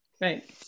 Right